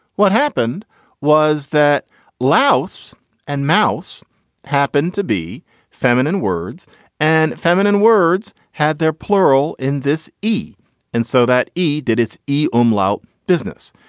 what happened was that louse and mouse happened to be feminine words and feminine words had their plural in this e and so that e did its e ome lout business.